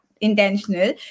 intentional